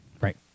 Right